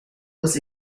was